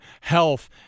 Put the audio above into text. health –